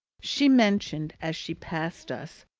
she mentioned, as she passed us,